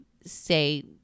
say